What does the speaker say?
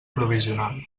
provisional